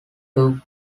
took